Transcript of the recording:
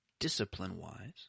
discipline-wise